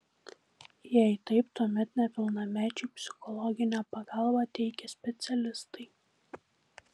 jei taip tuomet nepilnamečiui psichologinę pagalbą teikia specialistai